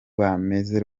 bameze